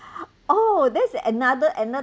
oh there's another